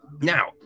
now